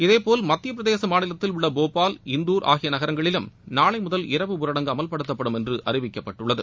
இதேபோல் மத்திய பிரதேச மாநிலத்தில் உள்ள போபால் இந்தூர் நகரங்களிலும் நாளை முதல் இரவு ஊரடங்கு அமல்படுத்தப்படும் என்று அறிவிக்கப்பட்டுள்ளது